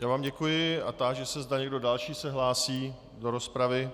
Já vám děkuji a táži se, zda někdo další se hlásí do rozpravy.